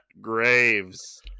Graves